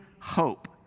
hope